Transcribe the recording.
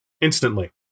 instantly